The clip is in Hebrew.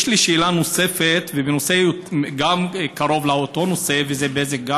יש לי שאלה נוספת בנושא שקרוב לאותו נושא, גם בזק.